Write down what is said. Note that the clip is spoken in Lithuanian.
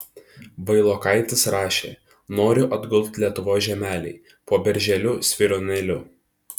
vailokaitis rašė noriu atgult lietuvos žemelėj po berželiu svyruonėliu